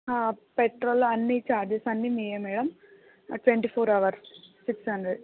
petrol అన్నీ charges అన్నీ మీవే madam twenty four hours six hundred